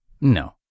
No